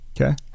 okay